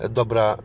dobra